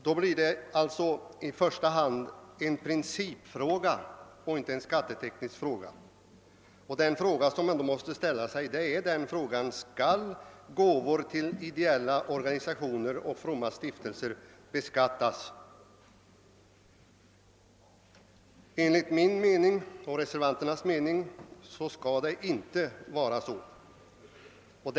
Detta blir alltså i första hand en principfråga och inte en skatteteknisk fråga. Skall gåvor till ideella organisationer och fromma stiftelser beskattas? Enligt min och reservanternas mening skall någon beskattning inte förekomma i dessa fall.